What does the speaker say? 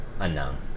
unknown